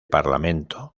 parlamento